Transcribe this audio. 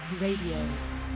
Radio